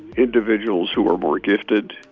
individuals who are more gifted,